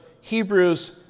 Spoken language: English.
Hebrews